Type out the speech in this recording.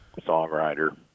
songwriter